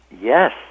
Yes